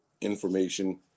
information